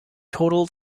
total